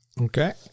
Okay